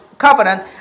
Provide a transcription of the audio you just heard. covenant